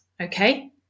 okay